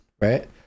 right